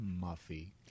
Muffy